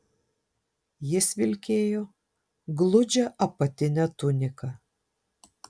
jis vilkėjo gludžią apatinę tuniką